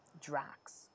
Drax